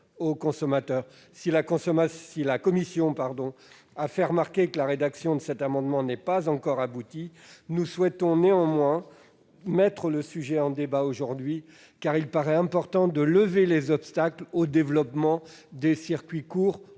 La commission a fait remarquer que la rédaction de cette disposition n'était pas encore aboutie. Nous souhaitons néanmoins mettre le sujet en débat, car il paraît important de lever les obstacles au développement des circuits courts,